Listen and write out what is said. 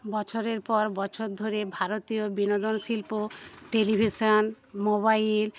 বছরের পর বছর ধরে ভারতীয় বিনোদন শিল্প টেলিভিশান মোবাইল